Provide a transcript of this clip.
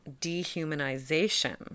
dehumanization